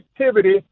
activity